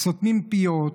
סותמים פיות,